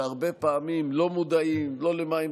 שהרבה פעמים לא מודעים לא למה שהם